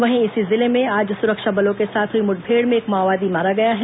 वहीं इसी जिले में आज सुरक्षा बलों के साथ हुई मुठभेड़ में एक माओवादी मारा गया है